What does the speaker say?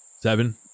Seven